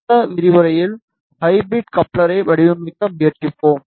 அடுத்த விரிவுரையில் ஹைப்ரிட் கப்ளரை வடிவமைக்க முயற்சிப்போம்